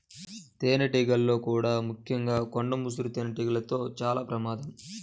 తేనెటీగల్లో కూడా ముఖ్యంగా కొండ ముసురు తేనెటీగలతో చాలా ప్రమాదం